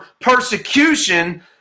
persecution